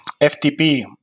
FTP